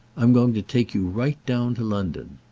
i'm going to take you right down to london.